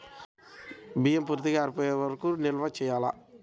బియ్యం పూర్తిగా ఆరిపోయే వరకు నిల్వ చేయాలా?